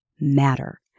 matter